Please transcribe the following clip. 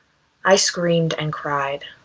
i screamed and cried.